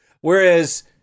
Whereas